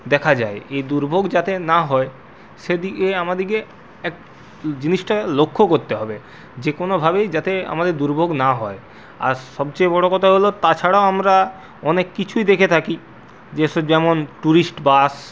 দেখা যায় এই দুর্ভোগ যাতে না হয় সেদিকে আমাদেরকে এক জিনিসটা লক্ষ্য করতে হবে যে কোনোভাবেই যাতে আমাদের দুর্ভোগ না হয় আর সবচেয়ে বড়ো কথা হল তাছাড়া আমরা অনেক কিছুই দেখে থাকি যে সব যেমন ট্যুরিস্ট বাস